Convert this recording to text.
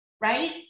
right